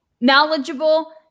knowledgeable